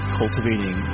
cultivating